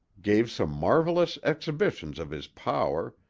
gave some marvelous exhibitions of his power,